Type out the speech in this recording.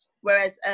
whereas